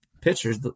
pitchers